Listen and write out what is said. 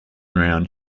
round